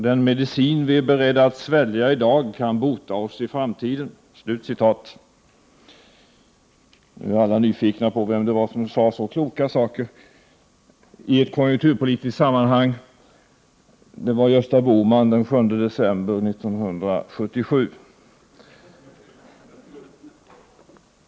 Den medicin vi är beredda att svälja i dag kan bota oss i framtiden.” Nu är alla nyfikna på vem det var som sade så kloka saker i ett konjunkturpolitiskt sammanhang. Det var Gösta Bohman den 7 december 1977.